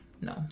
no